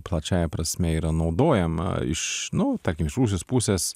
plačiąja prasme yra naudojama iš nu tarkim iš rusijos pusės